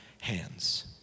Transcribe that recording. hands